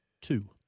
Two